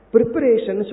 Preparation